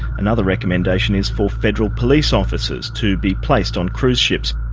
another recommendation is for federal police officers to be placed on cruise ships.